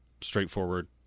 straightforward